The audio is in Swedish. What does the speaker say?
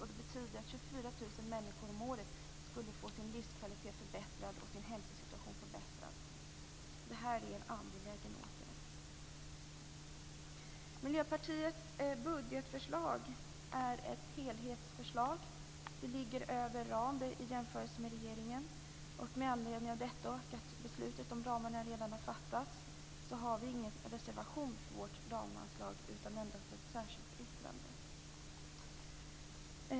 Det betyder att 24 000 människor om året skulle få sin livskvalitet och hälsosituation förbättrad. Det här är en angelägen åtgärd. Miljöpartiets budgetförslag är ett helhetsförslag. Det ligger i jämförelse med regeringens förslag över ramen. Med anledning av det och att beslutet om ramarna redan har fattats har vi ingen reservation till förmån för vårt ramanslag utan endast ett särskilt yttrande.